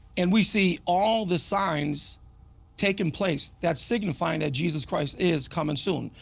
and we see all the signs taking place that's signifying that jesus christ is coming soon.